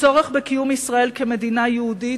הצורך בקיום ישראל כמדינה יהודית,